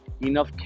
enough